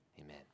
amen